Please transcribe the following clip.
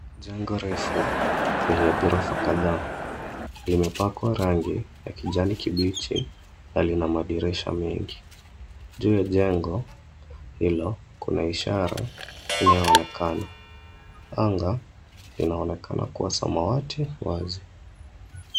Jengo refu lenye ghorofa kadhaa limepakwa rangi ya kijani kibichi na lina madirisha mengi. Juu ya jengo hilo, kuna ishara inayoonekana. Anga linaonekana kuwa samawati wazi.